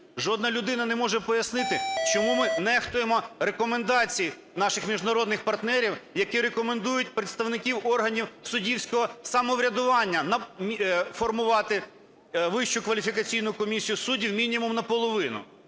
Жодна людина не може пояснити, чому ми нехтуємо рекомендаціями наших міжнародних партнерів, які рекомендують представників органів суддівського самоврядування формувати Вищу кваліфікаційну комісію суддів мінімум наполовину.